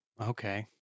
Okay